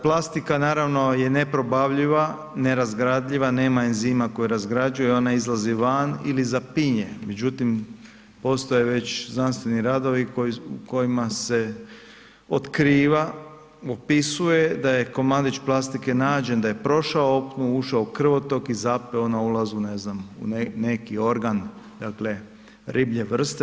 Plastika naravno je neprobavljiva, nerazgradiva, nema enzima koji ju razgrađuje i ona izlazi van ili zapinje, međutim postoje već znanstveni radovi u kojim se otkriva opisuje da je komadić plastike nađen da je prošao u opnu, ušao u krvotok i zapeo na ulazu, ne znam u neki organ, riblje vrste.